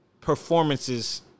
performances